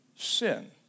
Sin